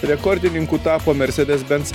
rekordininku tapo mercedes benz